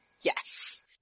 Yes